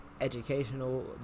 educational